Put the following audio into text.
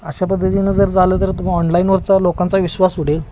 अशा पद्धतीनं जर झालं तर तुम ऑनलाईनवरचा लोकांचा विश्वास उडेल